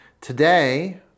Today